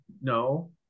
No